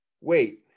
Wait